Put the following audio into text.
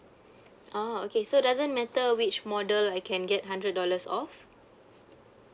oh okay so doesn't matter which model I can get hundred dollars off